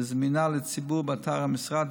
וזמינה לציבור באתר המשרד.